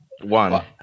one